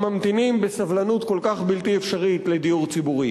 הממתינים בסבלנות כל כך בלתי אפשרית לדיור ציבורי?